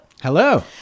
Hello